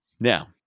Now